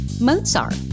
Mozart